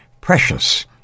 precious